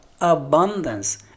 abundance